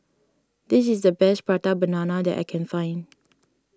this is the best Prata Banana that I can find